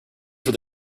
were